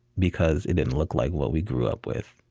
because it didn't look like what we grew up with.